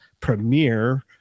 premiere